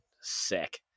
sick